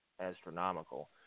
astronomical